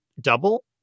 double